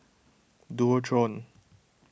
Dualtron